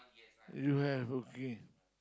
you have okay